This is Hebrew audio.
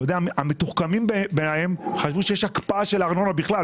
הם חשבו שיש הקפאה של הארנונה בכלל,